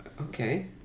Okay